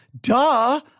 duh